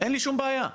לא מעניין.